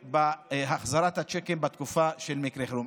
בהחזרת הצ'קים בתקופה של מקרה חירום.